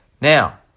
Now